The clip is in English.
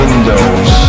Windows